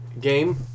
game